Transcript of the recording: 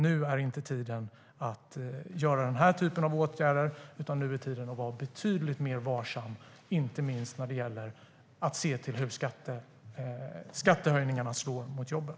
Nu är inte tiden för att vidta den här typen av åtgärder, utan nu är tiden för att vara betydligt mer varsam, inte minst när det gäller hur skattehöjningarna slår mot jobben.